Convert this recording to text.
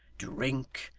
drink,